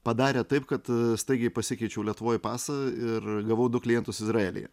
padarė taip kad staigiai pasikeičiau lietuvoj pasą ir gavau du klientus izraelyje